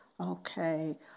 okay